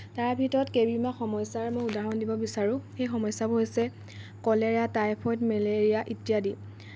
তাৰ ভিতৰত কেইবিধমান সমস্যাৰ মই উদাহৰণ দিব বিচাৰোঁ সেই সমস্যাবোৰ হৈছে কলেৰা টাইফইড মেলেৰিয়া ইত্যাদি